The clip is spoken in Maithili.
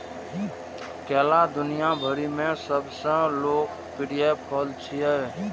केला दुनिया भरि मे सबसं लोकप्रिय फल छियै